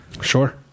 Sure